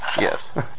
Yes